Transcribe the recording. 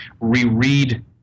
reread